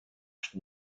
что